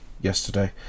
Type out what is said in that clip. yesterday